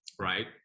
right